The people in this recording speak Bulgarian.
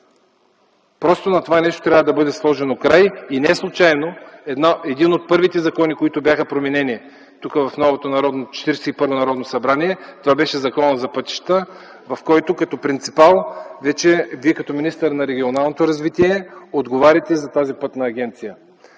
Просто на това нещо трябва да бъде сложен край и неслучайно един от първите закони, които бяха променени в Четиридесет и първото Народно събрание, беше Законът за пътищата, в който като принципал, като министър на регионалното развитие Вие отговаряте за тази пътна агенция.